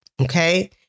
Okay